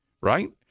right